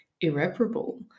irreparable